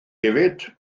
hefyd